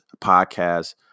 podcast